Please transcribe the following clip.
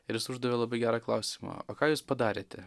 ir jis uždavė labai gerą klausimą o ką jūs padarėte